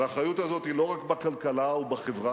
והאחריות הזאת היא לא רק בכלכלה ובחברה,